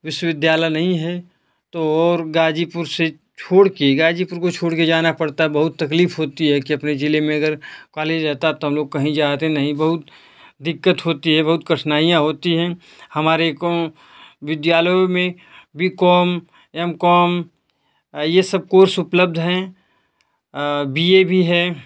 विश्वविद्यालय नहीं है तो और ग़ाज़ीपुर से छोड़के ग़ाज़ीपुर को छोड़के जाना पड़ता है बहुत तकलीफ़ होती है कि अपने ज़िले में अगर कॉलेज रहता तो हम लोग कहीं जाते नहीं बहुत दिक़्क़त होती है बहुत कठिनाइयाँ होती हैं हमारे को विद्यालयों में बी कॉम एम कॉम ये सब कोर्स उपलब्ध हैं बी ए भी है